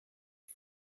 you